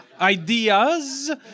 Ideas